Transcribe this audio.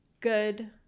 good